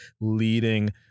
leading